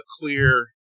clear